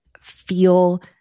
feel